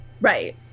Right